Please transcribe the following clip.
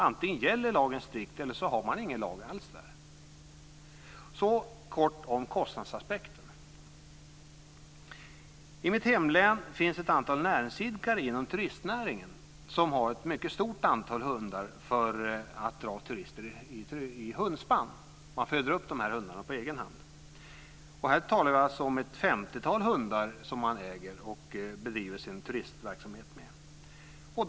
Antingen gäller lagen strikt eller så har man ingen lag alls. Så kort vill jag säga några ord om kostnadsaspekten. I mitt hemlän finns ett antal näringsidkare inom turistnäringen som har ett mycket stort antal hundar för att dra turister i hundspann. De föder upp hundarna på egen hand. Jag talar om ett 50-tal hundar för turistverksamheten.